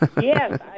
Yes